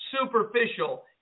superficial